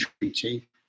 treaty